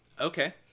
Okay